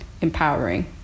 empowering